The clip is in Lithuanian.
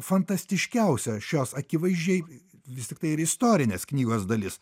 fantastiškiausios šios akivaizdžiai vis tiktai ir istorinės knygos dalis